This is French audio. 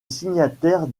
signataire